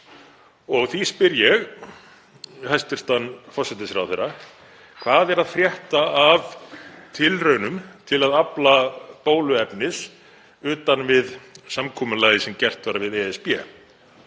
og því spyr ég hæstv. forsætisráðherra: Hvað er að frétta af tilraunum til að afla bóluefnis utan við samkomulagið sem gert var við ESB?